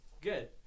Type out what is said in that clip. good